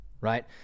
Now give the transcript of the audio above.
Right